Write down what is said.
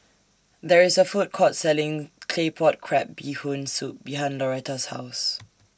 There IS A Food Court Selling Claypot Crab Bee Hoon Soup behind Lauretta's House